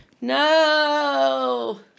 No